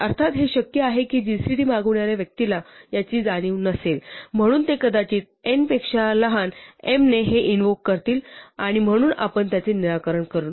अर्थात हे शक्य आहे की जीसीडी मागवणाऱ्या व्यक्तीला याची जाणीव नसेल म्हणून ते कदाचित n पेक्षा लहान m ने हे इन्व्होक करतील आणि म्हणून आपण त्याचे निराकरण करू